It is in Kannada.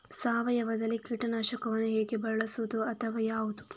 ಸಾವಯವದಲ್ಲಿ ಕೀಟನಾಶಕವನ್ನು ಹೇಗೆ ಬಳಸುವುದು ಅಥವಾ ಯಾವುದು?